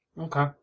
Okay